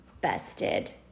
busted